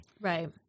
Right